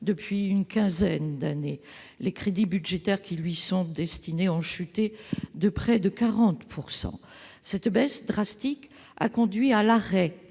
depuis une quinzaine d'années : les crédits budgétaires qui lui sont destinés ont chuté de près de 40 %. Cette baisse drastique a conduit à l'arrêt